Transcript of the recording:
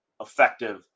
effective